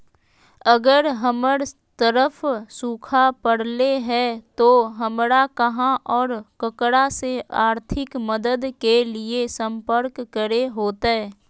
अगर हमर तरफ सुखा परले है तो, हमरा कहा और ककरा से आर्थिक मदद के लिए सम्पर्क करे होतय?